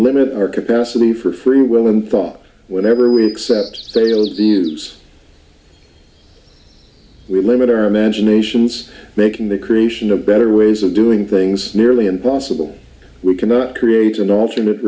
limit our capacity for free will and thought whenever we accept sales views we limit our imaginations making the creation of better ways of doing things nearly impossible we cannot create an alternate